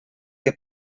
que